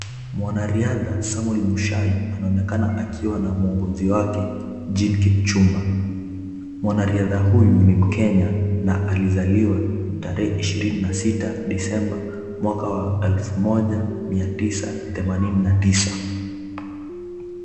Mwanariadha Samuel Mushai anaonekana akiwa na muongozi Jean Kipchumba. Mwanariadha huyu ni Mkenya na alizaliwa tarehe ishirini na sita desemba mwaka wa elfu moja mia tisa themanini na tisa.